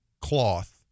cloth